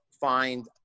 find